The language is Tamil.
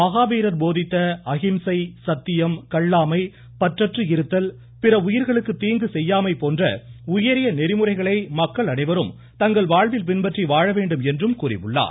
மஹாவீரர் போதித்த அஹிம்சை சத்தியம் கள்ளாமை பற்றற்று இருத்தல் பிற உயிர்களுக்கு தீங்கு செய்யாமை போன்ற உயரிய நெறிமுறைகளை மக்கள் அனைவரும் தங்கள் வாழ்வில் பின்பற்றி வாழ வேண்டும் என்று கூறியுள்ளார்